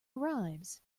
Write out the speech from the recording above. arrives